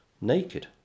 naked